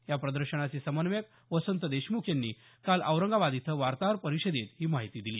या प्रदर्शनाचे समन्वयक वसंत देशमुख यांनी काल औरंगाबाद इथं वार्ताहर परिषदेत ही माहीती दिली